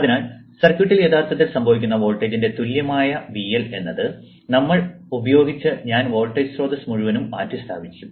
അതിനാൽ സർക്യൂട്ട്ൽ യഥാർത്ഥത്തിൽ സംഭവിക്കുന്ന വോൾട്ടേജിന്റെ മൂല്യമായ VL എന്നത് ഉപയോഗിച്ച് ഞാൻ വോൾട്ടേജ് സ്രോതസ്സ് മുഴുവനും മാറ്റിസ്ഥാപിക്കും